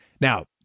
Now